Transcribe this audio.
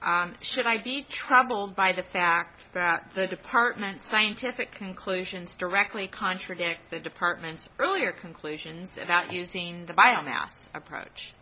should i be troubled by the fact that the department scientific conclusions directly contradict the department's earlier conclusions about using the